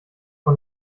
von